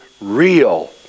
real